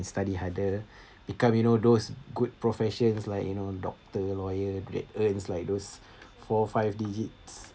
study harder become you know those good professions like you know doctor lawyer that earns like those for five digits